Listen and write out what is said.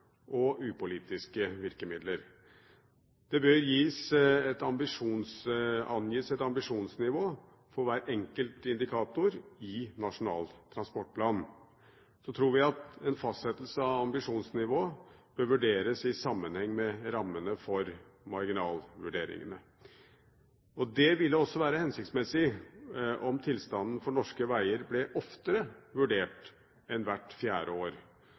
og upolitiske virkemidler. Det bør angis et ambisjonsnivå for hver enkelt indikator i Nasjonal transportplan. Så tror vi at en fastsettelse av ambisjonsnivået bør vurderes i sammenheng med rammene for marginalvurderinger. Det ville også være hensiktsmessig om tilstanden for norske veger ble vurdert oftere enn hvert fjerde år.